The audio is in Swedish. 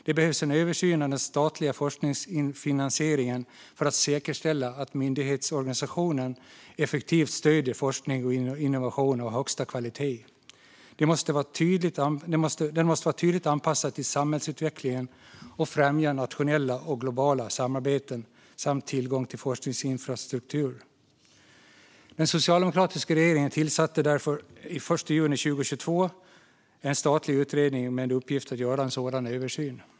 Det behövs en översyn av den statliga forskningsfinansieringen för att säkerställa att myndighetsorganisationen effektivt stöder forskning och innovation av högsta kvalitet. Den måste vara tydligt anpassad till samhällsutvecklingen och främja nationella och globala samarbeten samt tillgång till forskningsinfrastruktur. Den socialdemokratiska regeringen tillsatte därför den 1 juni 2022 en statlig utredning med uppgift att göra en sådan översyn.